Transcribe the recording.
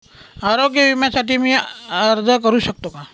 आरोग्य विम्यासाठी मी अर्ज करु शकतो का?